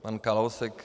Pan Kalousek...